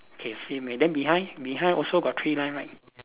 okay same and then behind behind also got three line right